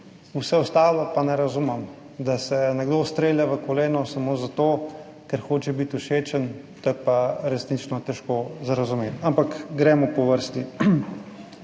vsega ostalega pa ne razumem, da se nekdo strelja v koleno samo zato, ker hoče biti všečen, to je pa resnično težko razumeti. Ampak gremo po vrsti.